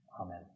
Amen